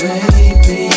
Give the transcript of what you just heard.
Baby